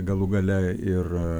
galų gale ir